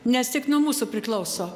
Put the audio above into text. nes tik nuo mūsų priklauso